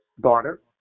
daughter